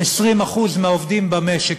20% מהעובדים במשק,